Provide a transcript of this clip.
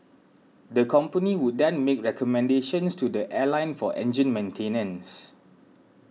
the company would then make recommendations to the airline for engine maintenance